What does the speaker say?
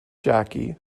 jackie